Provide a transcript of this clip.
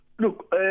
Look